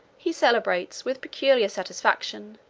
he celebrates, with peculiar satisfaction,